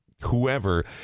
whoever